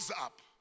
up